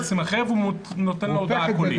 והוא נותן לו הודעה קולית.